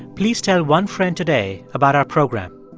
please tell one friend today about our program.